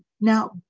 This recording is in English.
now